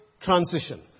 transition